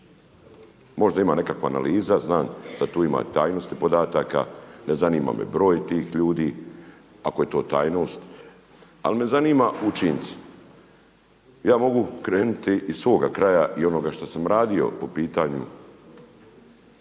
Možda ima neka analiza. Znam da tu ima tajnosti podataka, ne znanima me broj tih ljudi, ako je to tajnost, ali me zanimaju učinci. Ja mogu krenuti iz svoga kraja i onoga što sam radio po pitanju